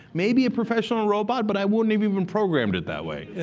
maybe a professional robot, but i wouldn't have even programmed it that way.